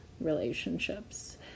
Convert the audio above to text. relationships